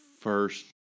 first